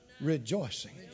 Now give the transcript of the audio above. Rejoicing